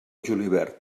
julivert